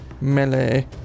melee